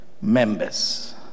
members